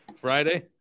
Friday